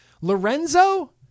Lorenzo